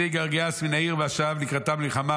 ויצא גרגיאס מן העיר וישב לקראתם מלחמה